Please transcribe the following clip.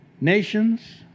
Nations